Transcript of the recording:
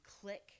click